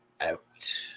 out